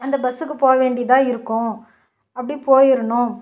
அந்த பஸ்ஸுக்குப் போக வேண்டியதாக இருக்கும் அப்படி போயிடணும்